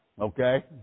okay